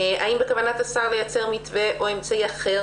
האם בכוונת השר לייצר מתווה או אמצעי אחר